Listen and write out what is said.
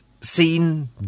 seen